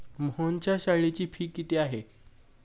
मोहनच्या शाळेची फी किती आहे?